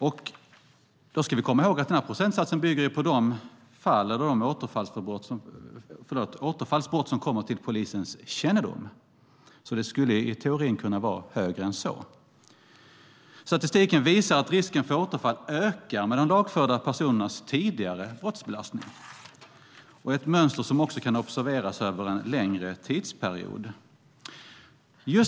Och då ska vi komma ihåg att procentsatsen bygger på de återfallsbrott som kommer till polisens kännedom. Den skulle alltså i teorin kunna vara högre än så. Statistiken visar att risken för återfall ökar med de lagförda personernas tidigare brottsbelastning. Det är ett mönster som kan observeras över en längre tidsperiod.